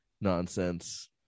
nonsense